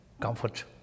comfort